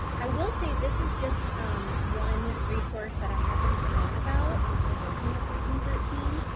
i will say this is just um one resource that i happened to learn about from working with region thirteen,